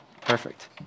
Perfect